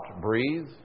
breathe